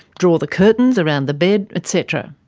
draw the curtains around the bed, et cetera.